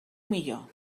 millor